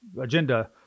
agenda